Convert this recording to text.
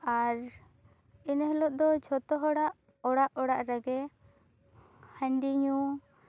ᱟᱨ ᱤᱱᱟᱹ ᱦᱤᱞᱳᱜ ᱫᱚ ᱡᱷᱚᱛᱚ ᱦᱚᱲᱟᱜ ᱚᱲᱟᱜ ᱚᱲᱟᱜ ᱨᱮᱜᱮ ᱦᱟᱺᱰᱤ ᱧᱩ